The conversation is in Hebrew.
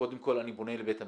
קודם כל אני פונה לבית המשפט.